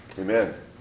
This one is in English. Amen